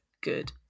good